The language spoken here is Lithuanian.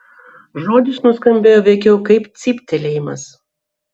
žodis nuskambėjo veikiau kaip cyptelėjimas